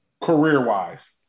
career-wise